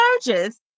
charges